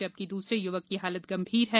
जबकि दूसरे युवक की हालत गंभीर है